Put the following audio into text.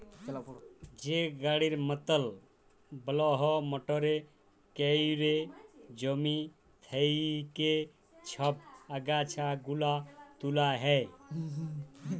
যে গাড়ির মতল বড়হ মটরে ক্যইরে জমি থ্যাইকে ছব আগাছা গুলা তুলা হ্যয়